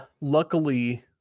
luckily